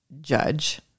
judge